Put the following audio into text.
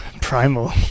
primal